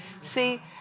See